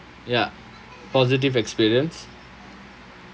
ya positive experience